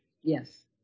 Yes